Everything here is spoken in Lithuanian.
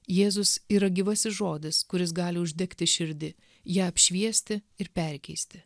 jėzus yra gyvasis žodis kuris gali uždegti širdį ją apšviesti ir perkeisti